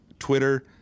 Twitter